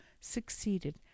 succeeded